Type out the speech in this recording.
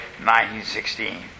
1916